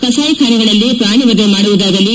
ಕಸಾಯಿ ಖಾನೆಗಳಲ್ಲಿ ಪ್ರಾಣಿವಧೆ ಮಾಡುವುದಾಗಲಿ